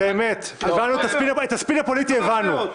באמת, את הספין הפוליטי הבנו.